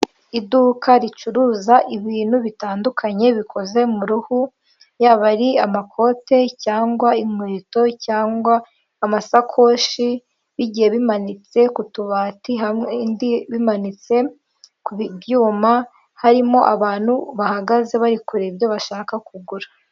Iduka ricuruza ibintu bitandukanye bikoze mu ruhu, yaba ari amakote cyangwa inkweto cyangwa amasakoshi, bigiye bimanitse ku tubati ibindi bimanitse ku byuma harimo abantu bahagaze bari kure ibyo bashaka kugura.